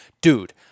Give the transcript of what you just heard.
dude